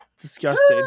disgusting